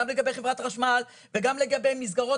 גם לגבי חברת חשמל וגם לגבי מסגרות